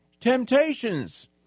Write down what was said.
temptations